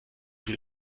will